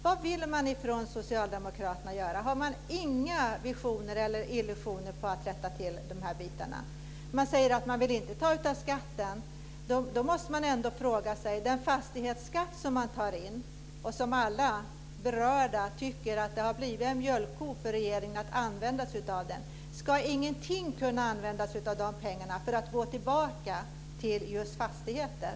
Vad vill man från socialdemokraterna göra? Har man inga visioner om att man ska rätta till de här bitarna? Man säger att man inte vill använda sig av skatter. Då måste jag ändå fråga: Den fastighetsskatt som man tar ut och som alla berörda anser vara en mjölkko för regeringen, ska inga av dessa pengar kunna användas för att gå tillbaka till just fastigheter?